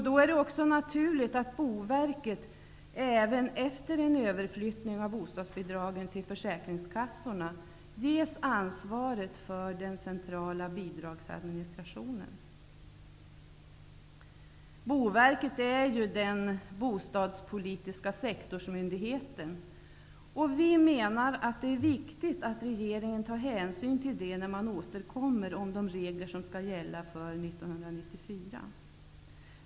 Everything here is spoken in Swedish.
Då är det också naturligt att Boverket även efter en överflyttning av bostadsbidragen till försäkringskassorna ges ansvaret för den centrala bidragsadministrationen. Boverket är ju den bostadspolitiska sektorsmyndigheten, och vi menar att det är viktigt att regeringen tar hänsyn till detta när man återkommer om de regler som skall gälla för 1994.